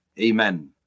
Amen